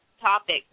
topic